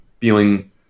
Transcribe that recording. feeling